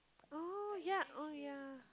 oh yea oh yea